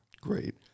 Great